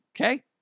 Okay